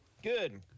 good